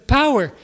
power